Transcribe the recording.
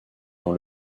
dans